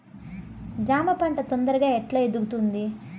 జామ పంట తొందరగా ఎట్లా ఎదుగుతుంది?